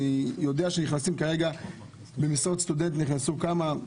אני יודע שבמשרות סטודנט נכנסו כמה,